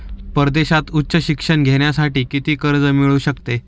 परदेशात उच्च शिक्षण घेण्यासाठी किती कर्ज मिळू शकते?